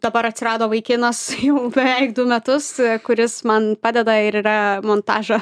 dabar atsirado vaikinas jau beveik du metus kuris man padeda ir yra montažo